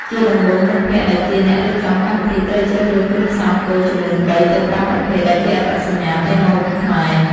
ជាដំបូង មិត្តភក្តិដែលជាអ្នករៀបចំកម្មវិធីត្រូវជ្រើសរើសគ្រឿងផ្សំគោលចំនួន ៣ ទៅ ៥ ប្រភេទដែលជាអត្តសញ្ញាណនៃម្ហូបខ្មែរ។